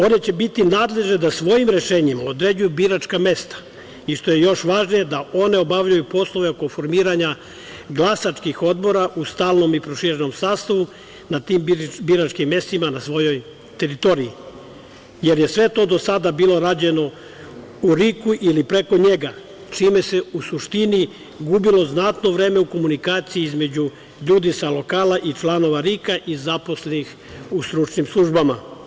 One će biti nadležne da svojim rešenjima određuju biračka mesta i što je još važnije, da one obavljaju poslove oko formiranja glasačkih odbora u stalnom i proširenom sastavu na tim biračkim mestima na svojoj teritoriji, jer je sve to do sada bilo rađeno u RIK-u ili preko njega, čime se u suštini gubilo znatno vreme u komunikaciji između ljudi sa lokala i članova RIK i zaposlenih u stručnim službama.